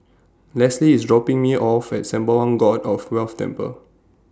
Lesly IS dropping Me off At Sembawang God of Wealth Temple